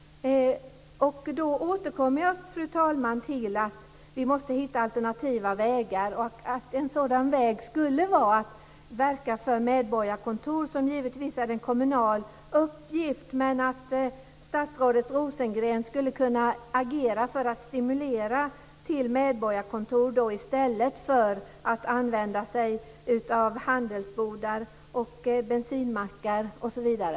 Då återkommer jag, fru talman, till att vi måste hitta alternativa vägar och att en sådan väg skulle kunna vara att verka för medborgarkontor, som givetvis är en kommunal uppgift. Men statsrådet Rosengren skulle kunna agera för att stimulera till medborgarkontor i stället för användning av handelsbodar, bensinmackar osv.